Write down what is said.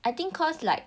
I think cause like